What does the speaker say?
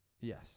Yes